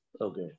Okay